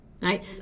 right